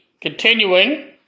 continuing